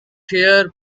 here